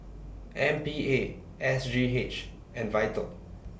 M P A S G H and Vital